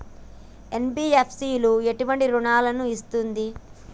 NBFC ఎటువంటి రుణాలను ఇస్తుంది?